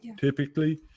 typically